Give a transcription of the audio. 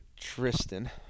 Tristan